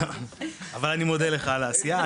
אני מודה לך על העשייה,